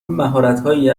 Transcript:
مهارتهایی